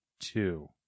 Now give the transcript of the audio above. Two